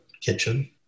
kitchen